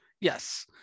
Yes